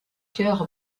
cœur